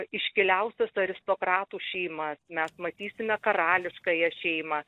iškiliausias aristokratų šeimas mes matysime karališkąją šeimą